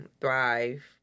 thrive